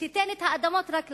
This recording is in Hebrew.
שתיתן את האדמות רק ליהודים?